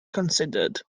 considered